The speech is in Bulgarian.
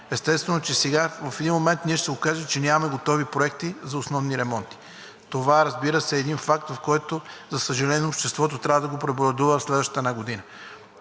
естествено, че сега в един момент, ние ще се окажем, че нямаме готови проекти за основни ремонти. Това, разбира се, е един факт, в който, за съжаление, обществото трябва да го преболедува в следващата една година.